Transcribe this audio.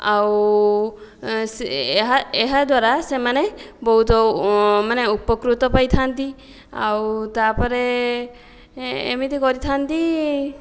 ଆଉ ଏହା ଏହା ଦ୍ୱାରା ସେମାନେ ବହୁତ ମାନେ ଉପକୃତ ପାଇଥାନ୍ତି ଆଉ ତା'ପରେ ଏମିତି କରିଥାନ୍ତି